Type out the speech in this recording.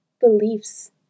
beliefs